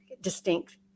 distinct